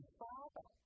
father